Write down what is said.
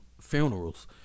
funerals